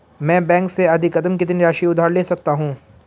मैं बैंक से अधिकतम कितनी राशि उधार ले सकता हूँ?